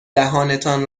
دهانتان